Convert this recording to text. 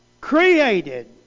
Created